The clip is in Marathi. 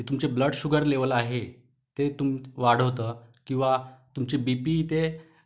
ते तुमचे ब्लडशुगर लेव्हल आहे ते तुम वाढवतं किंवा तुमचे बी पी ते